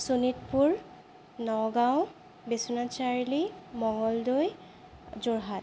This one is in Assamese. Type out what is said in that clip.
শোণিতপুৰ নগাঁও বিশ্বনাথ চাৰিআলি মঙ্গলদৈ যোৰহাট